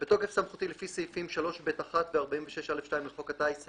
בתוקף סמכותי לפי סעיפים 3(ב)(1) ו- 46(א)(2) לחוק הטיס,